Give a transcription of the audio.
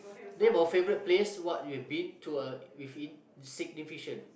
name a favorite place what you've been to a with in significant